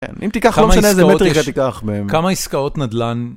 ‫אם תיקח לא משנה איזה מטריקה תיקח. ‫-כמה עסקאות נדלן.